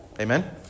Amen